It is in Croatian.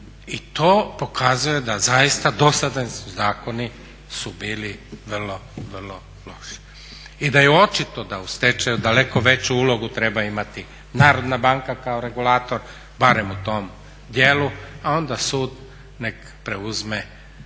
i to pokazuje da zaista dosadašnji zakoni su bili vrlo, vrlo loši. I da je očito da u stečaju daleko veću ulogu treba imati Narodna banka kao regulator barem u tom dijelu, a onda sud nek preuzme